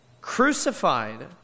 crucified